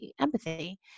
empathy